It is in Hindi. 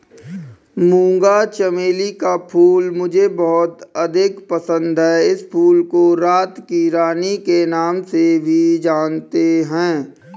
मूंगा चमेली का फूल मुझे बहुत अधिक पसंद है इस फूल को रात की रानी के नाम से भी जानते हैं